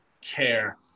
care